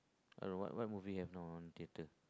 other what what movie have now on theater